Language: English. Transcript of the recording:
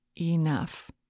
enough